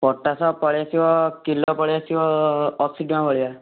potash ପଳେଇ ଆସିବ kilo ପଳେଇ ଆସିବ ଅଶୀ ଟଙ୍କା ଭଳିଆ